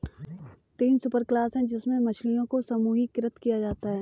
तीन सुपरक्लास है जिनमें मछलियों को समूहीकृत किया जाता है